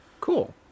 Cool